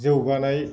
जौगानाय